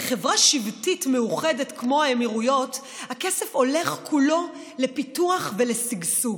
בחברה שבטית מאוחדת כמו האמירויות הכסף הולך כולו לפיתוח ולשגשוג.